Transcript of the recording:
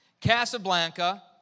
Casablanca